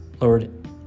Lord